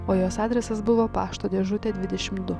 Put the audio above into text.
o jos adresas buvo pašto dėžutė dvidešim du